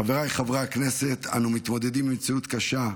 חבריי חברי הכנסת, אנו מתמודדים עם מציאות קשה,